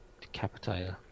decapitate